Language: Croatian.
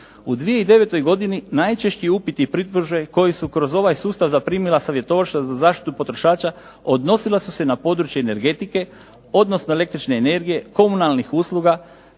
U 2009. godini najčešći upiti i pritužbe koji su kroz ovaj sustav zaprimila savjetovališta za zaštitu potrošača odnosila su se na područje energetike odnosno električne energije, komunalnih usluga,